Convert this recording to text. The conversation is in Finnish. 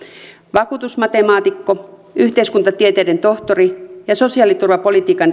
vakuutusmatemaatikko yhteiskuntatieteiden tohtori ja sosiaaliturvapolitiikan